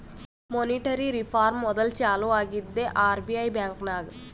monetary reform module ಚಾಲೂ ಆಗಿದ್ದೆ RBI ಬ್ಯಾಂಕ್ನಾಗ್